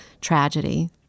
tragedy